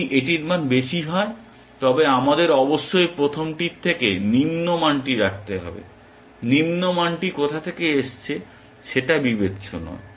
যদি এটির মান বেশি হয় তবে আমাদের অবশ্যই প্রথমটির থেকে নিম্ন মানটি রাখতে হবে নিম্ন মানটি কোথা থেকে এসেছে তা বিবেচ্য নয়